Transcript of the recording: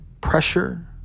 pressure